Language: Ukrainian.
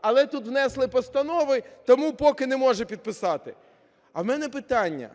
Але тут внесли постанови, тому поки не може підписати. А в мене питання,